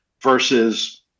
versus